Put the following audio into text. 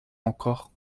encore